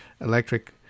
electric